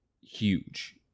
huge